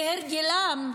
כהרגלם,